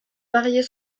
marier